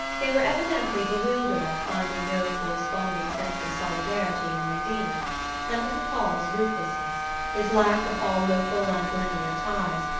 they were evidently bewildered at finding no corresponding sense of solidarity in undine and little paul's rootlessness, his lack of all local and linear ties,